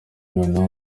noneho